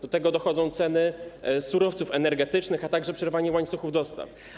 Do tego dochodzą ceny surowców energetycznych, a także przerwanie łańcuchów dostaw.